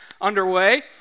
underway